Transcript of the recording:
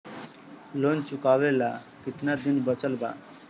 Loan चुकावे ला कितना दिन बचल बा?